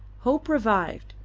hope revived,